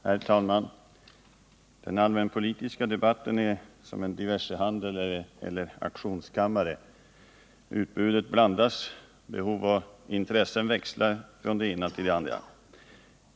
Herr talman! Den allmänpolitiska debatten är som en diversehandel eller auktionskammare. Utbudet blandas. Kundernas behov och intressen växlar från än det ena än det andra.